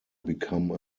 become